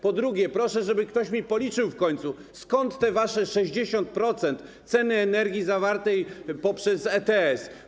Po drugie, proszę, żeby ktoś mi policzył w końcu, skąd te wasze 60% ceny energii poprzez ETS.